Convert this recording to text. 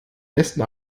besten